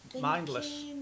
Mindless